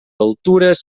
altures